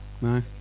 No